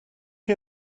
chi